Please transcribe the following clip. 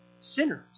sinners